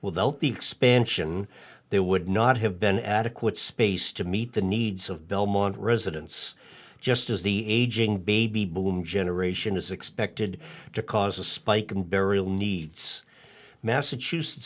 without the expansion there would not have been adequate space to meet the needs of belmont residents just as the aging baby boom generation is expected to cause a spike in burial needs massachusetts